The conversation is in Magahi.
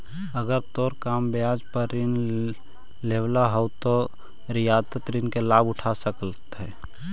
अगर तोरा कम ब्याज पर ऋण लेवेला हउ त रियायती ऋण के लाभ उठा सकऽ हें